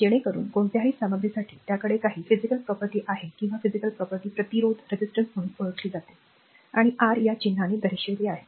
जेणेकरून कोणत्याही सामग्रीसाठी त्याकडे काही भौतिक मालमत्ता आहे किंवा विद्युत् विद्युत्रोधक प्रतिकार करण्याची क्षमता प्रतिरोध म्हणून ओळखली जाते आणि R या चिन्हाने दर्शविलेले आहे